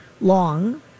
long